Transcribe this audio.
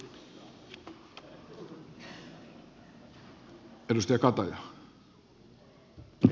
arvoisa puhemies